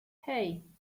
hey